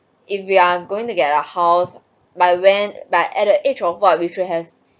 if we're are going to get a house by when by at the age of what we should have